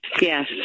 Yes